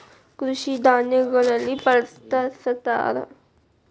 ಕೃಷಿ ಧಾನ್ಯಗಳಲ್ಲಿ ಬಳ್ಸತಾರ